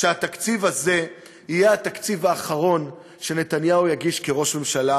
שהתקציב הזה יהיה התקציב האחרון שנתניהו יגיש כראש ממשלה,